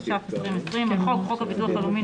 התש"ף 2020; "החוק" חוק הביטוח הלאומי ,